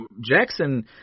Jackson